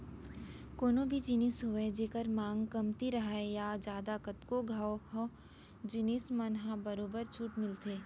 कोनो भी जिनिस होवय जेखर मांग कमती राहय या जादा कतको घंव ओ जिनिस मन म बरोबर छूट मिलथे